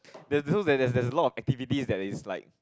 there there's there's a lot of activities that is like